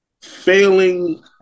failing